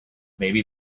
maybe